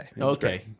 Okay